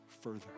further